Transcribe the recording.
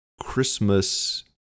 Christmas